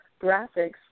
graphics